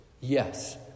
Yes